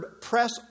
press